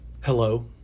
Hello